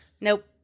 Nope